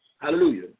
Hallelujah